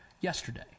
yesterday